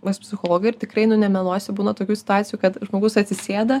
pas psichologą ir tikrai nu nemeluosiu būna tokių situacijų kad žmogus atsisėda